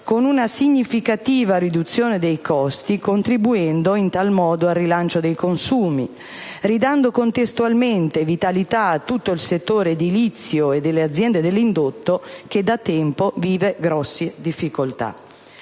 con una significativa riduzione dei costi, contribuendo in tal modo al rilancio dei consumi e ridando contestualmente vitalità a tutto il settore edilizio e delle aziende dell'indotto, che da tempo vive grandi difficoltà.